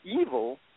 evil